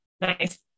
nice